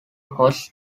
hosts